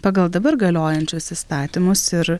pagal dabar galiojančius įstatymus ir